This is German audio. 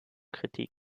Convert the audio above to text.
kritik